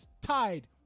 tied